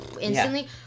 instantly